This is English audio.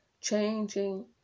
changing